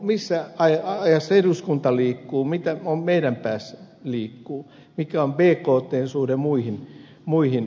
missä ajassa eduskunta liikkuu mitä meidän päässä liikkuu mikä on bktn suhde muihin parametreihin